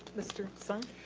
mr. sung.